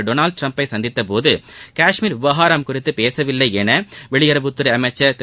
Donald டிரம்பை சந்தித்த போது காஷ்மீர் விவகாரம் குறித்து பேசவில்லை என வெளியுறவுத்துறை அமைச்சர் திரு